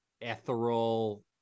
Ethereal